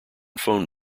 phone